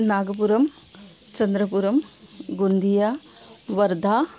नागपुरं चन्द्रपुरं गोन्दिया वर्धा